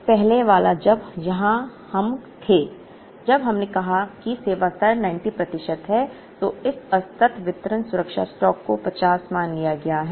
अब पहले वाला जब हम यहां थे जब हमने कहा कि सेवा स्तर 90 प्रतिशत है तो इस असतत वितरण सुरक्षा स्टॉक को 50 मान लिया गया था